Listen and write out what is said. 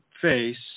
face